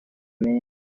menshi